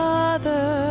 Father